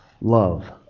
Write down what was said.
love